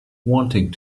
wanting